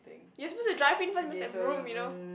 you're supposed to drive in first must have room you know